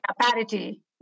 parity